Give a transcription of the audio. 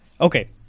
Okay